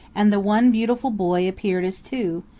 and the one beautiful boy appeared as two,